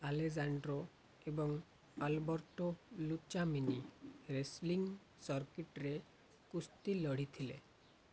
Alejandro ଏବଂ Alberto ଲୁଚା mini wrestling ସର୍କିଟ୍ରେ କୁସ୍ତି ଲଢ଼ିଥିଲେ